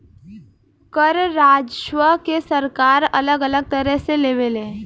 कर राजस्व के सरकार अलग अलग तरह से लेवे ले